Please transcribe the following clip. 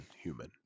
human